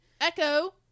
Echo